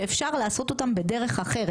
שאפשר לעשות אותם בדרך אחרת,